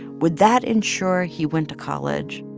would that ensure he went to college?